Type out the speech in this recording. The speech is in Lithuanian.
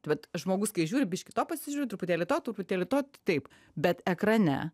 tai vat žmogus kai žiūri biškį to pasižiūri truputėlį to truputėlį to taip bet ekrane